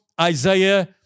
Isaiah